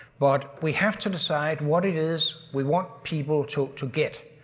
but we have to decide what it is we want people to to get.